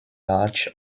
large